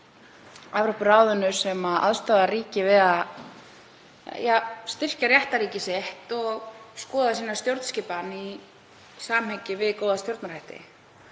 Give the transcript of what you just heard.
Evrópuráðinu sem aðstoðar ríki við að styrkja réttarríkisrétt og skoða stjórnskipan sína í samhengi við góða stjórnarhætti.